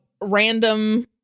random